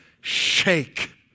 shake